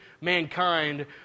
mankind